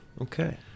okay